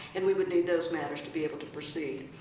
and we would need those matters to be able to proceed.